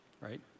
right